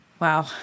Wow